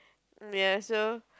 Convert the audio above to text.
ya so